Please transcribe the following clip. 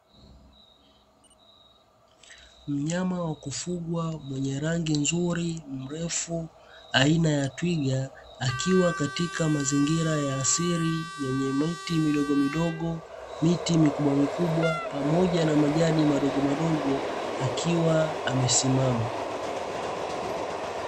Mnyama wa kufugwa mwenye rangi nzuri, mrefu aina ya twiga, akiwa katika mazingira ya asili yenye miti midogomidogo, miti mikubwamikubwa pamoja na majani madogomadogo, akiwa amesimama.